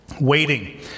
waiting